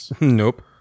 nope